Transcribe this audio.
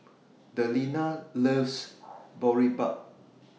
Delina loves Boribap